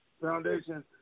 Foundation